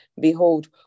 Behold